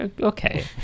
okay